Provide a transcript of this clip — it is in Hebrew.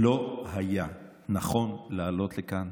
לא היה נכון לעלות לכאן